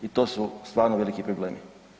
I to su stvarno veliki problemi.